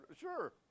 sure